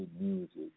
music